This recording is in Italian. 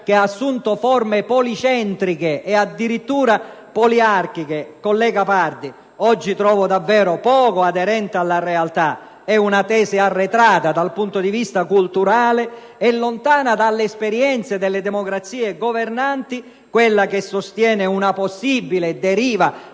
che ha assunto forme policentriche e persino poliarchiche, collega Pardi, trovo davvero poco coerente alla realtà e considero una tesi arretrata dal punto di vista culturale, lontana dalle esperienze delle democrazie governanti, quella che sostiene una possibile deriva